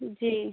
जी